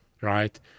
right